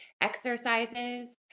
exercises